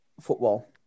football